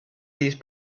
these